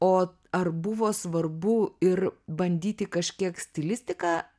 o ar buvo svarbu ir bandyti kažkiek stilistiką